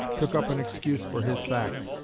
took up an excuse for his fact,